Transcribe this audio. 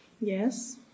Yes